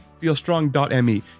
feelstrong.me